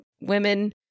women